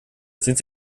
sind